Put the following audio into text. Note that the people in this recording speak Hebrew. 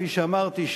כפי שאמרתי,